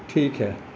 ٹھیک ہے